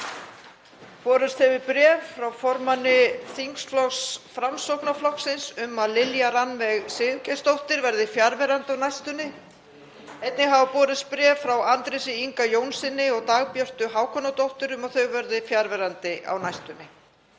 Borist hefur bréf frá formanni þingflokks Framsóknarflokksins um að Lilja Rannveig Sigurgeirsdóttir verði fjarverandi á næstunni. Einnig hafa borist bréf frá Andrési Inga Jónssyni og Dagbjörtu Hákonardóttur um að þau verði fjarverandi á næstunni.